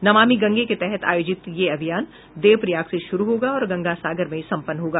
नमामि गंगे के तहत आयोजित यह अभियान देव प्रयाग से शुरु होगा और गंगा सागर में सम्पन्न होगा